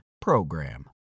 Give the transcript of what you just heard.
PROGRAM